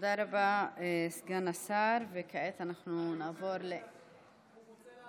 תודה רבה לסגן השר, וכעת אנחנו נעבור --- בבקשה.